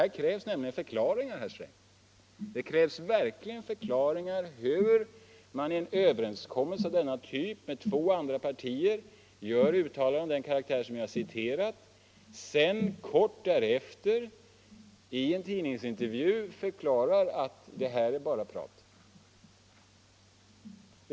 Här krävs nämligen förklaringar, herr Sträng, förklaringar av varför man i en överenskommelse av denna typ med två andra partier gör sådana uttalanden som jag har citerat och kort därefter i en tidningsintervju deklarerar att det här är bara prat.